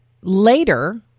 later